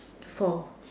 four